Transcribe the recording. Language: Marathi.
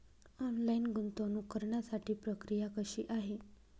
ऑनलाईन गुंतवणूक करण्यासाठी प्रक्रिया कशी आहे?